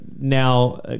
now